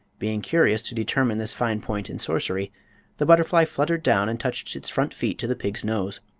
being curious to determine this fine point in sorcery the butterfly fluttered down and touched its front feet to the pig's nose.